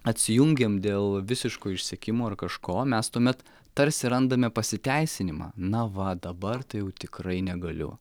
atsijungiam dėl visiško išsekimo ar kažko mes tuomet tarsi randame pasiteisinimą na va dabar tai jau tikrai negaliu